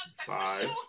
Five